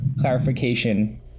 clarification